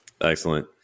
Excellent